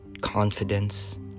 confidence